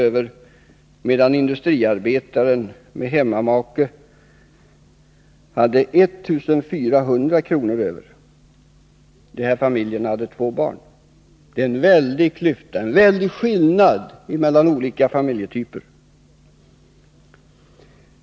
över, medan industriarbetaren med hemmamaka fick 1 400 kr. över. De här familjerna hade två barn. Det är alltså en väldig skillnad mellan olika familjetyper.